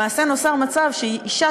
למעשה נוצר שמצב שאישה,